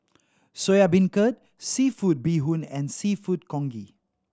Soya Beancurd seafood bee hoon and Seafood Congee